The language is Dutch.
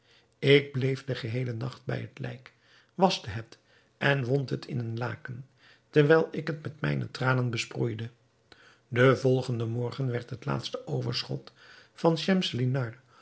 ik bleef den geheelen nacht bij het lijk waschte het en wond het in een laken terwijl ik het met mijne tranen besproeide den volgenden morgen werd het laatste overschot van